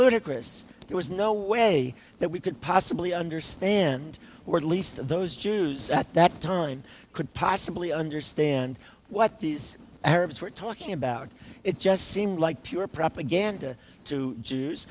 ludicrous there was no way that we could possibly understand were at least those jews at that time could possibly understand what these arabs were talking about it just seemed like pure propaganda to jews